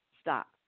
stop